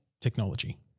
technology